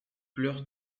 pleure